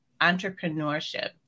entrepreneurship